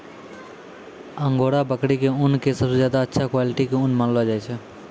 angora बकरी के ऊन कॅ सबसॅ ज्यादा अच्छा क्वालिटी के ऊन मानलो जाय छै